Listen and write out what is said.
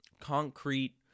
concrete